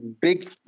big